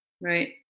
Right